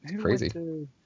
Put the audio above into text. crazy